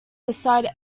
decide